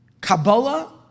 Kabbalah